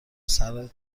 سردماغ